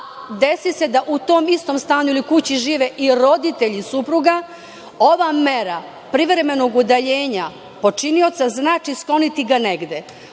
desi se da u tom istom stanu ili kući žive i roditelji supruga, ova mera privremenog udaljenja počinioca znači skloniti ga negde.